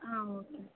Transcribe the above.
ஆ okay